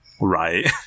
Right